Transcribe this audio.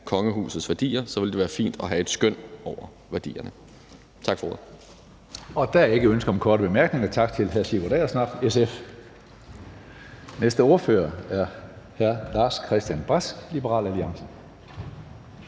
kongehusets værdier, ville det være fint at have et skøn over værdierne. Tak for ordet. Kl. 13:25 Tredje næstformand (Karsten Hønge): Der er ikke ønske om korte bemærkninger. Tak til hr. Sigurd Agersnap, SF. Næste ordfører er hr. Lars-Christian Brask, Liberal Alliance.